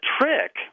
trick